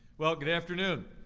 well, good afternoon.